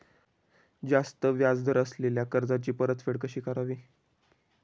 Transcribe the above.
जास्त व्याज दर असलेल्या कर्जाची परतफेड कशी करावी?